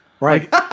right